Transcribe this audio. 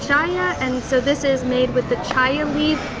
chaya. and so this is made with the chaya leaf,